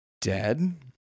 dead